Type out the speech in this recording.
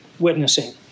witnessing